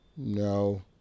No